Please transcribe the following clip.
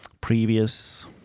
previous